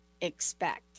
expect